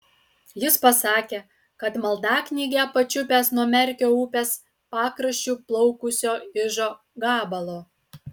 jis pasakė kad maldaknygę pačiupęs nuo merkio upės pakraščiu plaukusio ižo gabalo